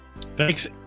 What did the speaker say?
Thanks